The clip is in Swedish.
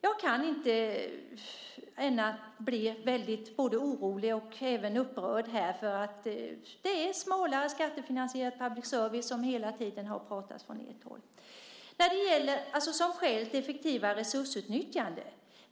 Jag kan inte annat än bli både väldigt orolig och upprörd. Det har nämligen hela tiden från ert håll talats om skattefinansierat public service. Man jobbar nu stenhårt med ett effektivare resursutnyttjande.